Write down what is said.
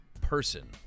person –